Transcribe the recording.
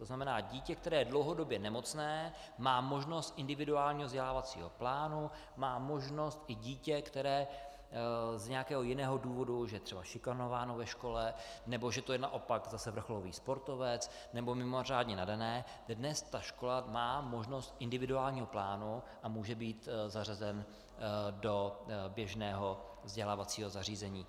To znamená, dítě, které je dlouhodobě nemocné, má možnost individuálního vzdělávacího plánu, má možnost i dítě z nějakého jiného důvodu, že je třeba šikanováno ve škole, nebo že to je naopak zase vrcholový sportovec nebo mimořádně nadané dítě, dnes škola má možnost individuálního plánu a může být zařazen do běžného vzdělávacího zařízení.